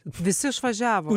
visi išvažiavo